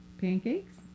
pancakes